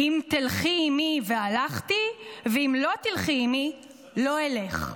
"אם תלכי עמי והלכתי ואם לא תלכי עמי לא אלך".